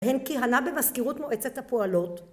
‫הן כיהנה במזכירות מועצת הפועלות.